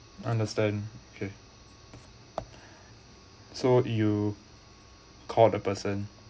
understand okay so you call the person